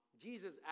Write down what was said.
Jesus